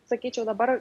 sakyčiau dabar